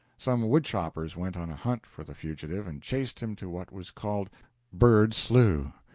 some wood choppers went on a hunt for the fugitive and chased him to what was called bird slough.